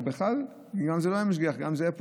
או בכלל גם אם זה לא היה משגיח,